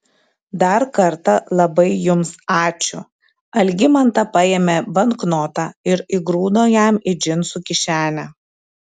dar kartą labai jums ačiū algimanta paėmė banknotą ir įgrūdo jam į džinsų kišenę